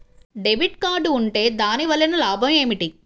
Debit card ఉంటే దాని వలన లాభం ఏమిటీ?